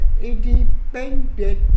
independent